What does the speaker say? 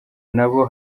nabo